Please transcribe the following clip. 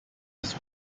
his